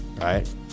right